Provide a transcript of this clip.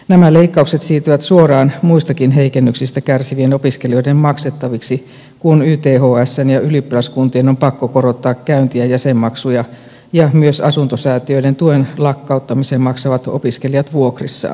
nämä leikkaukset siirtyvät suoraan muistakin heikennyksistä kärsivien opiskelijoiden maksettaviksi kun ythsn ja ylioppilaskuntien on pakko korottaa käynti ja jäsenmaksuja ja myös asuntosäätiöiden tuen lakkauttamisen maksavat opiskelijat vuokrissaan